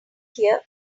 here